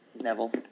Neville